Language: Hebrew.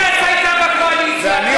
כלום